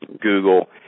Google